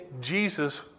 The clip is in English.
Jesus